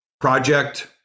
project